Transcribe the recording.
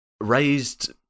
raised